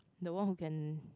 the one who can